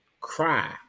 cry